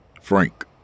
Frank